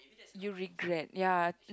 you regret ya